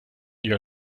your